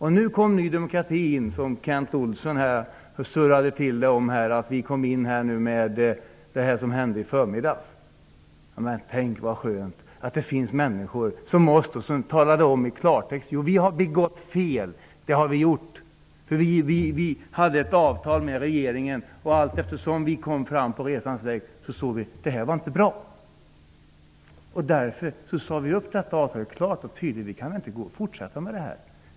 Kent Olsson surrade om att Ny demokrati hade ändrat sig i och med det som hände i förmiddags. Tänk, vad skönt att det finns människor som vi, som talar om i klartext att vi har begått fel! Vi hade ett avtal med regeringen, och alltefter resans gång såg vi att det inte var bra. Därför sade vi klart och tydligt upp detta avtal. Vi kan inte fortsätta med det här, sade vi.